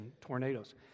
tornadoes